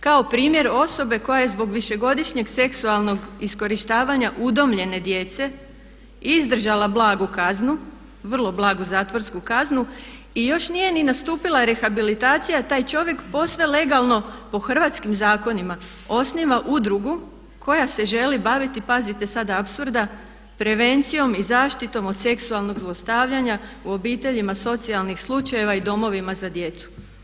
Kao primjer osobe koja je zbog višegodišnjeg seksualnog iskorištavanja udomljene djece izdržala blagu kaznu, vrlo blagu zatvorsku kaznu i još nije ni nastupila rehabilitacija taj čovjek posve legalno po hrvatskim zakonima osniva udrugu koja se želi baviti pazite sad apsurda prevencijom i zaštitom od seksualnog zlostavljanja u obiteljima socijalnih slučajevima i domovima za djecu.